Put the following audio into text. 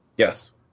Yes